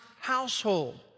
household